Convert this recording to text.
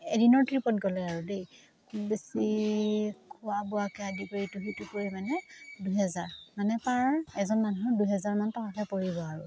এদিনৰ ট্ৰিপত গ'লে আৰু দেই বেছি খোৱা বোৱাকে আদি কৰিটো সিটো কৰি মানে দুহেজাৰ মানে পাৰ এজন মানুহৰ দুহেজাৰমান টকাকে পৰিব আৰু